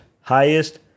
highest